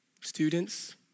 Students